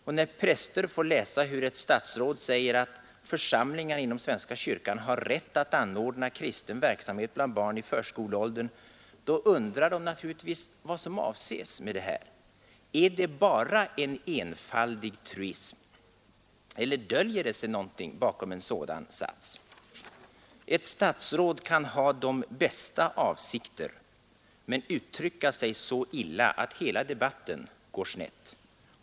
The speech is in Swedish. Och när präster får läsa hur ett statsråd säger att församlingarna inom svenska kyrkan har ”rätt att anordna kristen verksamhet bland barn i förskoleåldern” undrar de naturligtvis vad som avses med detta. Är det bara en enfaldig truism eller döljer det sig någonting bakom en sådan sats? Ett statsråd kan ha de bästa avsikter men uttrycka sig så illa att hela debatten går snett.